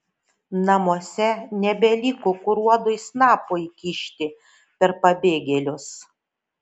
namuose nebeliko kur uodui snapo įkišti per pabėgėlius